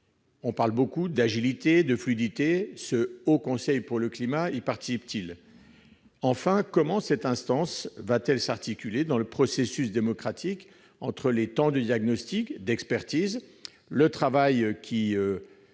On parle beaucoup d'agilité, de fluidité. Le Haut Conseil pour le climat y participe-t-il ? Enfin, comment cette instance va-t-elle articuler son action dans le processus démocratique, entre les temps du diagnostic, de l'expertise, le travail du